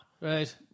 right